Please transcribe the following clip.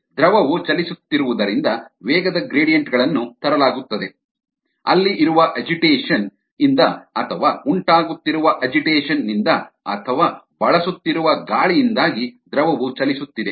ದ್ರವವು ಚಲಿಸುತ್ತಿರುವುದರಿಂದ ವೇಗದ ಗ್ರೇಡಿಯಂಟ್ ಗಳನ್ನು ತರಲಾಗುತ್ತದೆ ಅಲ್ಲಿ ಇರುವ ಅಜಿಟೇಷನ್ ನಿಂದ ಅಥವಾ ಉಂಟಾಗುತ್ತಿರುವ ಅಜಿಟೇಷನ್ ನಿಂದ ಅಥವಾ ಬಳಸುತ್ತಿರುವ ಗಾಳಿಯಿಂದಾಗಿ ದ್ರವವು ಚಲಿಸುತ್ತಿದೆ